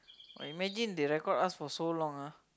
!wah! imagine they record us for so long ah